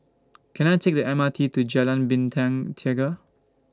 Can I Take The M R T to Jalan Bintang Tiga